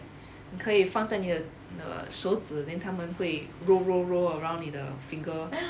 你可以放在你的你的手指 then 他们会 roll roll roll around 你的 finger